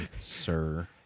sir